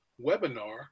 webinar